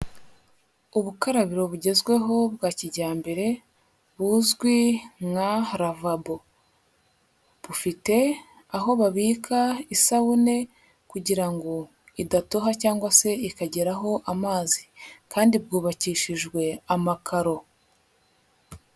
Ubukarabiro bugezweho bwa kijyambere buzwi nka ravabo, bufite aho babika isabune kugira ngo idatoha cyangwa se ikageraho amazi kandi bwubakishijwe amakaro.